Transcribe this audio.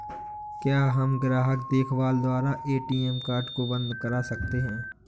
क्या हम ग्राहक देखभाल द्वारा ए.टी.एम कार्ड को बंद करा सकते हैं?